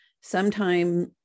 sometime